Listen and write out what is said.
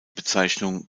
bezeichnung